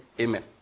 amen